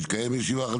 מתקיימת ישיבה אחת